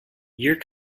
you’re